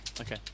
Okay